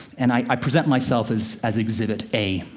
and i present myself as as exhibit a,